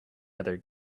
other